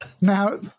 Now